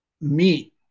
meat